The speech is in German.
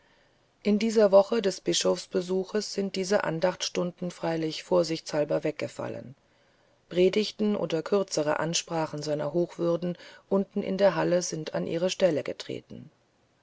in dieser woche des bischofsbesuches sind diese andachtstunden freilich vorsichtshalber weggefallen predigten oder kürzere ansprachen seiner hochwürden unten in der halle sind an ihre stelle getreten